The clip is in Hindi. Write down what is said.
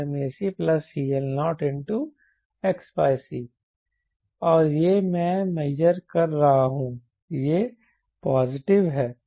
इसलिए Cmα0CmacCL0xc और यह मैं मेजर कर रहा हूं यह पॉजिटिव है